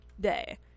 Day